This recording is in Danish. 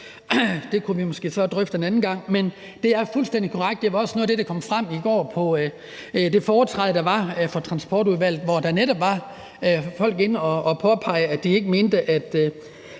Det kunne vi så måske drøfte en anden gang. Men det er fuldstændig korrekt, og det var også noget af det, der kom frem i går på det foretræde, der var for Transportudvalget, hvor der netop var folk inde for at påpege nogle problemer